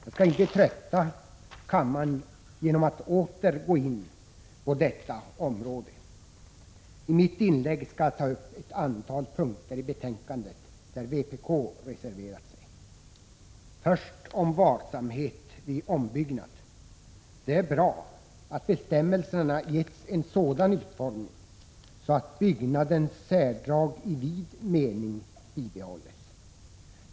Jag skall inte trötta kammaren genom att åter gå in på detta område. I mitt inlägg skall jag ta upp ett antal punkter i betänkandet där vpk reserverat sig. Först gäller det varsamhet vid ombyggnad. Det är bra att bestämmelserna getts en sådan utformning att byggnadens särdrag i vid mening bibehålls.